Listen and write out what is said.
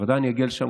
בוודאי שאני אגיע לשם.